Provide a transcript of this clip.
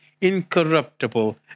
incorruptible